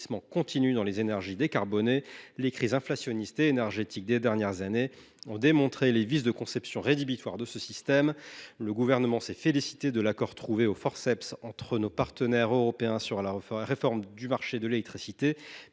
continu dans les énergies décarbonées, l’inflation et les crises énergétiques des dernières années ont démontré les vices de conception rédhibitoires de ce système. Le Gouvernement s’est félicité de l’accord trouvé au forceps entre nos partenaires européens sur la réforme du marché de l’électricité,